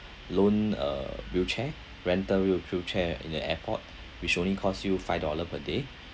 loan uh wheelchair rental wheel~ wheelchair in the airport which only costs you five dollar per day